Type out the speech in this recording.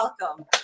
welcome